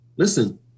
Listen